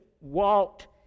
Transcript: walked